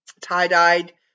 tie-dyed